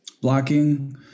blocking